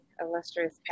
illustrious